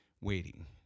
waiting